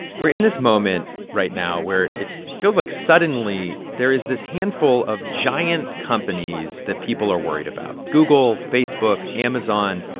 we're in this moment right now where it it feels like suddenly there is this handful of giant companies that people are worried about google, facebook, amazon.